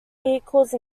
vehicles